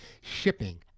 shipping